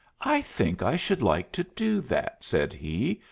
i think i should like to do that, said he,